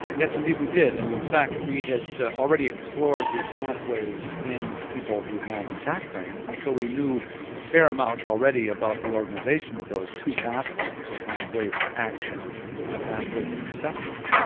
yes indeed we did, and in fact we had already explored these pathways in people who have intact brains, and so we knew a fair amount already about the organisation of those two pathways, a pathway for action and a pathway for perception.